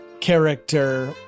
character